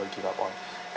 give up on